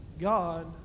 God